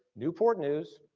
newport news,